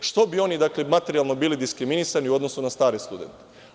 Zašto bi oni bili materijalno diskriminisani u odnosu na stare studente?